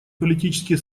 политические